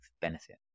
benefit